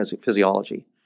physiology